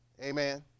Amen